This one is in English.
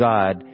God